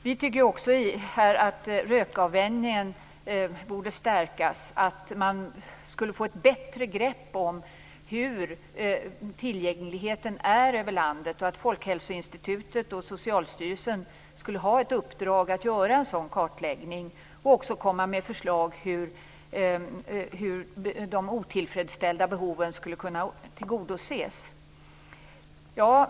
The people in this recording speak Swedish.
Vidare tycker vi att arbetet med rökavvänjning borde stärkas, att man borde få ett bättre grepp om hur det är med tillgängligheten i landet. Folkhälsoinstitutet och Socialstyrelsen borde få i uppdrag att göra en sådan kartläggning och komma med förslag där man talar om hur de otillfredsställda behoven skulle kunna tillgodoses.